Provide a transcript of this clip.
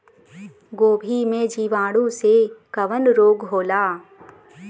गोभी में जीवाणु से कवन रोग होला?